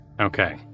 Okay